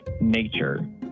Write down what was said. nature